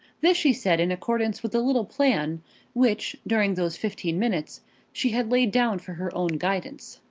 this she said in accordance with the little plan which during those fifteen minutes she had laid down for her own guidance.